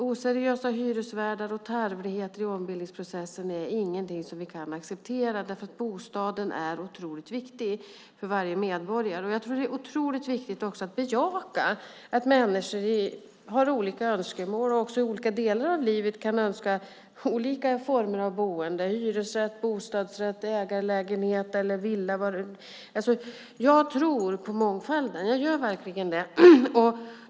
Oseriösa hyresvärdar och tarvligheter i ombildningsprocessen är inget som vi kan acceptera. Bostaden är otroligt viktig för varje medborgare. Jag tror också att det är otroligt viktigt att bejaka att människor har olika önskemål och i olika delar av livet kan önska olika former av boende: hyresrätt, bostadsrätt, ägarlägenhet eller villa. Jag tror på mångfalden. Jag gör verkligen det.